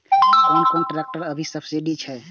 कोन कोन ट्रेक्टर अभी सब्सीडी छै?